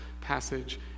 passage